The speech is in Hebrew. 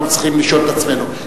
אנחנו צריכים לשאול את עצמנו.